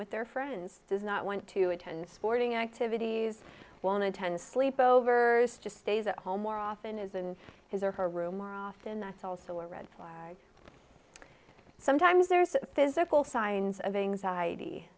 with their friends does not want to attend sporting activities one attends sleep overs just stays at home more often is and his or her room are often that's also a red flag sometimes there's physical signs of anxiety